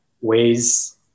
ways